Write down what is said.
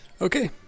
Okay